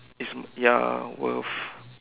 it's ya worth